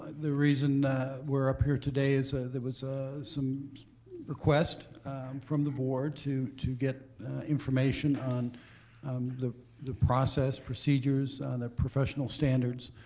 the reason we're up here today is ah there was a some request from the board to to get information on um the the process procedures on the professional standards.